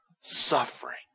suffering